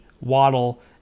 Waddle